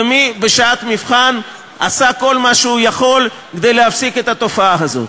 ומי בשעת מבחן עשה כל מה שהוא יכול כדי להפסיק את התופעה הזאת.